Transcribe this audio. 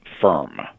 firm